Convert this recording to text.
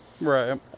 Right